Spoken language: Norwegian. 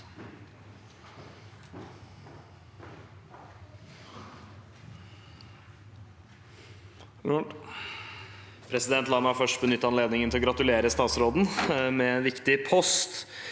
La meg først benytte anledningen til å gratulere statsråden med en viktig post.